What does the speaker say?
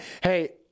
hey